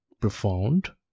profound